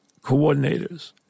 coordinators